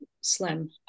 slim